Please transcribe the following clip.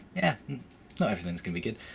yeah. ah. not everything's gonna be good.